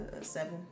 seven